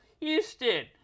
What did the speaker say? Houston